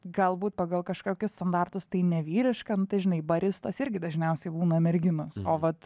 galbūt pagal kažkokius standartus tai nevyriška žinai baristos irgi dažniausiai būna merginos o vat